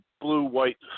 blue-white